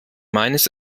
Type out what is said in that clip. meines